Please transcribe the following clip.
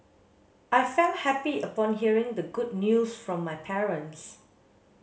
I felt happy upon hearing the good news from my parents